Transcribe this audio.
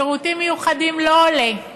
קצבת שירותים מיוחדים לא עולה.